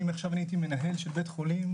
חושב שאם הייתי עכשיו מנהל של בית חולים,